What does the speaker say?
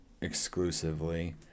exclusively